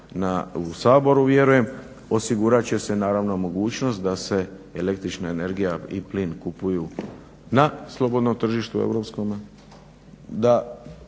u Saboru vjerujem, osigurat će se mogućnost da se el.energija i plin kupuju na slobodnom tržištu europskome,